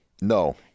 No